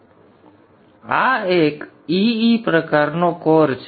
તેથી આ એક E E પ્રકારનો કોર છે